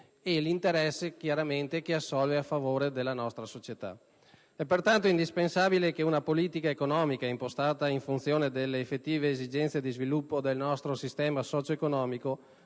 che esso riveste e assolve in favore della nostra società. È pertanto indispensabile che una politica economica impostata in funzione delle effettive esigenze di sviluppo del nostro sistema socio-economico